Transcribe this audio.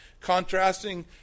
Contrasting